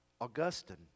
Augustine